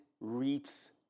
reaps